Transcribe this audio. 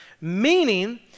meaning